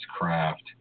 craft